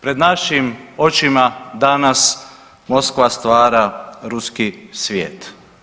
Pred našim očima danas Moskva stvara ruski svijet.